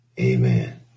Amen